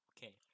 Okay